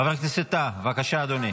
חבר הכנסת טאהא, בבקשה, אדוני.